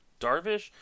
Darvish